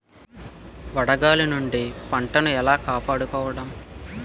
వడగాలి నుండి పంటను ఏలా కాపాడుకోవడం?